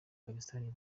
pakisitani